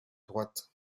droite